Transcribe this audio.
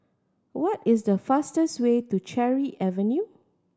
what is the fastest way to Cherry Avenue